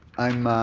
i'm